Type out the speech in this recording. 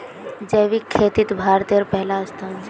जैविक खेतित भारतेर पहला स्थान छे